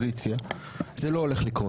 האופוזיציה והקואליציה דיברו שם והעלו נקודות כל כך